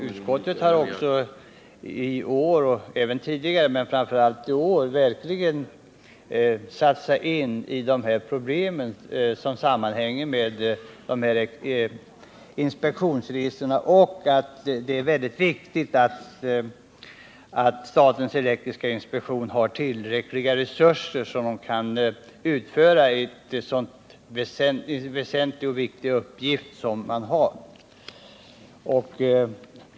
Utskottet har i år, men även tidigare, verkligen satt sig in i de problem som Nr 109 sammanhänger med inspektionen. Det är mycket viktigt att statens elektriska inspektion har tillräckliga resurser, så att man kan utföra den viktiga uppgift som man har.